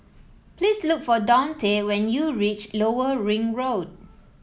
please look for Dante when you reach Lower Ring Road